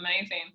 amazing